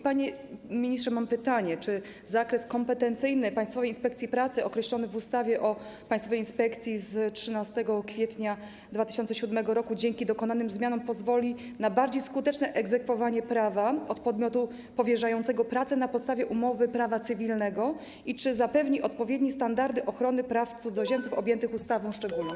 Panie ministrze, mam pytanie: Czy zakres kompetencyjny Państwowej Inspekcji Pracy, określony w ustawie o Państwowej Inspekcji Pracy z 13 kwietnia 2007 r., dzięki dokonanym zmianom pozwoli na bardziej skuteczne egzekwowanie prawa od podmiotu powierzającego pracę na podstawie umowy prawa cywilnego i zapewni odpowiednie standardy ochrony praw cudzoziemców objętych ustawą szczególną?